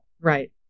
Right